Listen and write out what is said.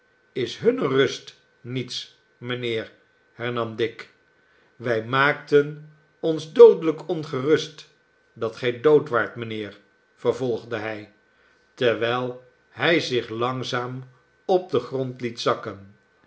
is hunne rust niets mijnheer hernam dick wij maakten ons doodelijk ongerust dat gij dood waart mijnheer vervolgde hij terwijl hij zich langzaam op den grond liet zakken